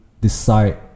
decide